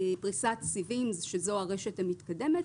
פריסת סיבים שזאת הרשת המתקדמת,